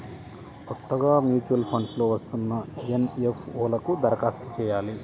కొత్తగా mutual funds లో వస్తున్న ఎన్.ఎఫ్.ఓ లకు దరఖాస్తు చెయ్యాలి